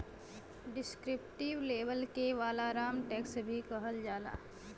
descriptive label के वालाराम tax भी कहल जाला